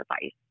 device